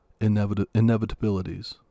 inevitabilities